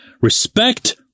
respect